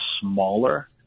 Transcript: smaller